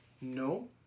No